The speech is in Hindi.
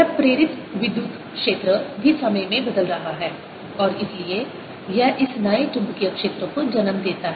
यह प्रेरित विद्युत क्षेत्र भी समय में बदल रहा है और इसलिए यह इस नए चुंबकीय क्षेत्र को जन्म देता है